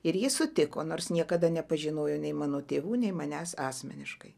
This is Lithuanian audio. ir ji sutiko nors niekada nepažinojo nei mano tėvų nei manęs asmeniškai